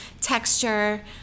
texture